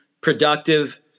productive